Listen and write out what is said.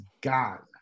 gone